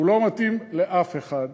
הוא לא מתאים לאף אחד